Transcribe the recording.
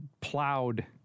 plowed